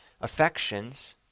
affections